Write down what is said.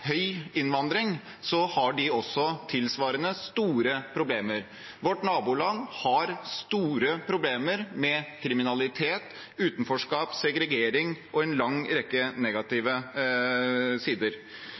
høy innvandring, har de også hatt tilsvarende store problemer. Vårt naboland har store problemer med kriminalitet, utenforskap, segregering og en lang rekke negative sider.